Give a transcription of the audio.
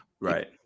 right